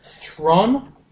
Tron